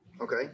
Okay